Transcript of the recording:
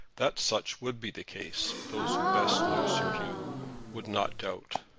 that such would be the case those who best knew sir hugh would not doubt.